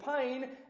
pain